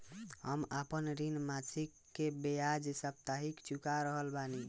हम आपन ऋण मासिक के बजाय साप्ताहिक चुका रहल बानी